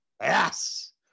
Yes